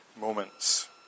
moments